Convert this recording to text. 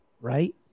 right